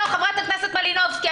חברת הכנסת מלינובסקי,